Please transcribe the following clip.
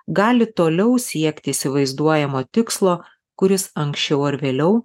gali toliau siekti įsivaizduojamo tikslo kuris anksčiau ar vėliau